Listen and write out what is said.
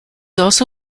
also